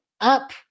up